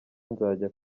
nzajya